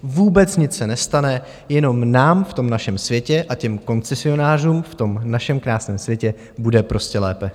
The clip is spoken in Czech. Vůbec nic se nestane, jenom nám v tom našem světě a těm koncesionářům v tom našem krásném světě bude prostě lépe.